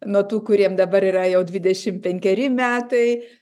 nuo tų kuriem dabar yra jau dvidešim penkeri metai